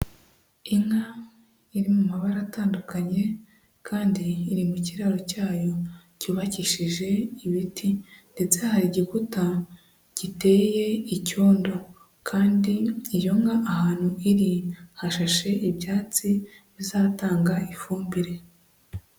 Inka iri mu mabara atandukanye kandi iri mu kiraro cyayo cyubakishije ibiti, ndetse hari igikuta giteye icyondo, kandi iyo nka ahantu iri hashashe ibyatsi bizatanga ifumbire.